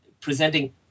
presenting